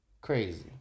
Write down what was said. Crazy